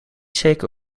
zeker